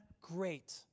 Great